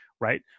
right